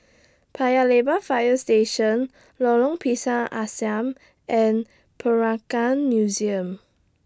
Paya Lebar Fire Station Lorong Pisang Asam and Peranakan Museum